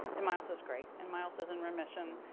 and miles is great. and miles is in remission.